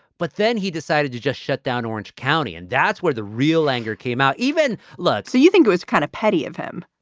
but then he decided to just shut down orange county. and that's where the real anger came out even less. so you think it was kind of petty of him?